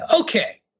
Okay